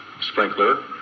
Sprinkler